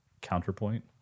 counterpoint